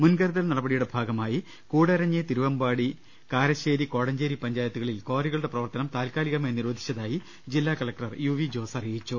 മുൻകരുതൽ നടപടിയുടെ ഭാഗമായി കൂടരഞ്ഞി തിരുവനമ്പാ ടി കാരശ്ശേരി കോടഞ്ചേരി പഞ്ചായത്തുകളിൽ ക്വാറികളുടെ പ്രവർത്തനം താൽക്കാലികമായി നിരോധിച്ചതായി ജില്ലാകലക്ടർ യു വി ജോസ് അറിയിച്ചു